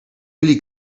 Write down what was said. really